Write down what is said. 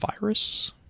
virus